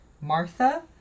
Martha